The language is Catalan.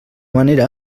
manera